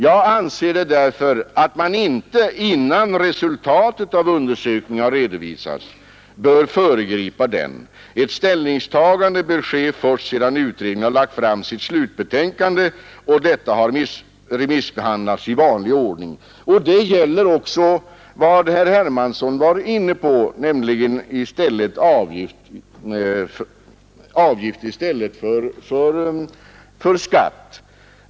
Jag anser därför att man inte — innan resultatet av undersökningen har redovisats — bör föregripa denna. Ett ställningstagande bör ske först sedan utredningen lagt fram sitt slutbetänkande och detta har remissbehandlats i vanlig ordning. Detta gäller också beträffande det som herr Hermansson var inne på, nämligen omkostnadsavgift i stället för skatt.